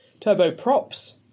turboprops